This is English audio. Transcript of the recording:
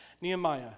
Nehemiah